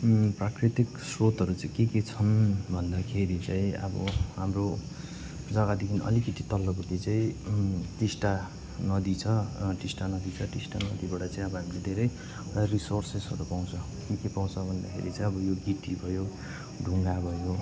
प्राकृतिक स्रोतहरू चाहिँ के के छन् भन्दाखेरि चाहिँ अब हाम्रो जग्गादेखि अलिकति तल्लोपट्टि चाहिँ टिस्टा नदी छ र टिस्टा नदी छ टिस्टा नदीबाट चाहिँ अब हामीले धेरै रिसोर्सेसहरू पाउँछ के के पाउँछ भन्दाखेरि चाहिँ अब गिटी भयो ढुङ्गा भयो